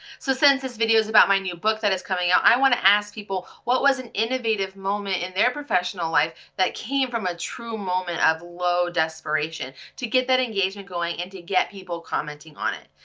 so since this video is about my new book that is coming out, i wanna ask people what was an innovative moment in their professional life that came from a true moment of low desperation. to get that engagement going and to get people commenting on it.